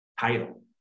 title